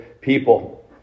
people